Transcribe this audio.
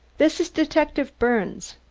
this is detective birnes.